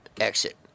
exit